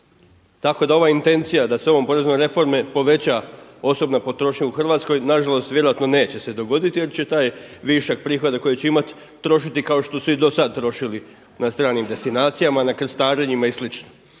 Tako da ova intencija da se ovom poreznom reformom poveća osobna potrošnja u Hrvatskoj nažalost vjerojatno neće se dogoditi jer će taj višak prihoda koji će imati trošiti kao što su i do sada trošili na stranim destinacijama, na krstarenjima i